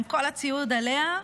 עם כל הציוד עליה,